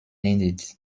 needed